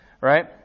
Right